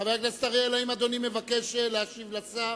חבר הכנסת אריאל, האם אדוני מבקש להשיב לשר?